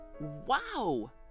wow